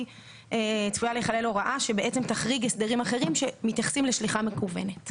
הוראה שתחריג הסדרים אחרים שמתייחסים לשליחה מקוונת.